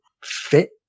fit